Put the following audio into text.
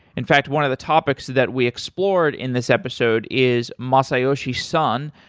in fact, one of the topics that we explored in this episode is masayoshi son,